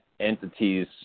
Entities